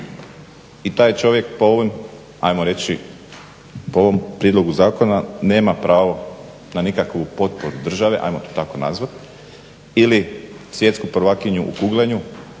ajmo reći po ovom prijedlogu zakona nema pravo na nikakvu potporu države, ajmo to tako nazvati ili svjetsku prvakinju u kuglanju